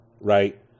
right